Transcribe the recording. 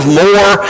more